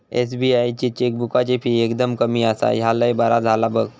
SBI ची चेकबुकाची fee एकदम कमी आसा, ह्या लय बरा झाला बघ